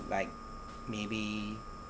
like maybe